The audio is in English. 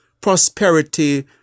prosperity